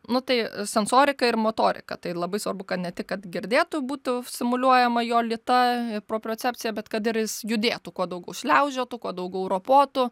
nu tai sensorika ir motorika tai labai svarbu kad ne tik kad girdėtų būtų stimuliuojama jo lyta proprocepcija bet kad ir jis judėtų kuo daugiau šliaužiotų kuo daugiau ropotų